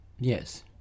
Yes